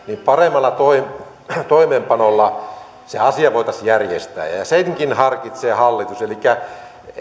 niin paremmalla toimeenpanolla se asia voitaisiin järjestää ja ja senkin harkitsee hallitus elikkä